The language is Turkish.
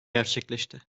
gerçekleşti